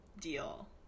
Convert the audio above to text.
deal